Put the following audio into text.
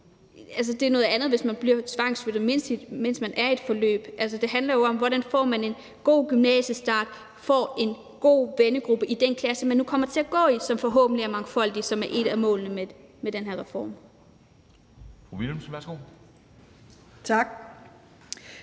Det er jo noget andet, hvis man bliver tvangsflyttet, mens man er i et forløb. Altså, det handler jo om, hvordan man får en god gymnasiestart, får en god vennegruppe i den klasse, man nu kommer til at gå i, som forhåbentlig er mangfoldig, hvilket er et af målene med den her reform. Kl.